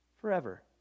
forever